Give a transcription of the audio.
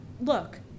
Look